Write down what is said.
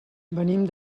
venim